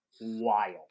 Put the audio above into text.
wild